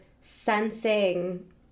sensing